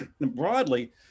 broadly